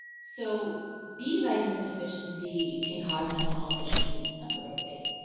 so b vitamin deficiency can cause mental health issues in a number of ways.